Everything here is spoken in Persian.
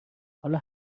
حالا